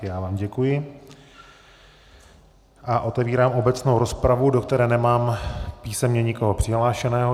Já vám děkuji a otevírám obecnou rozpravu, do které nemám písemně nikoho přihlášeného.